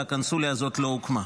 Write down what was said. והקונסוליה הזאת לא הוקמה.